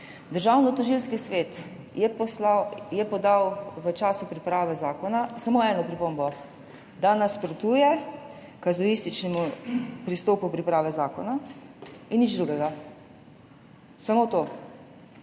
Državnotožilski svet je podal v času priprave zakona samo eno pripombo, da nasprotuje kazuističnemu pristopu priprave zakona. In nič drugega, samo to.